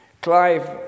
Clive